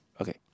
Okay